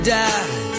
die